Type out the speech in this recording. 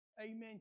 amen